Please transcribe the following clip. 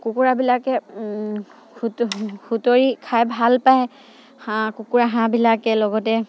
কুকুৰাবিলাকে খুঁটৰি খাই ভালপায় হাঁহ কুকুৰা হাঁহবিলাকে লগতে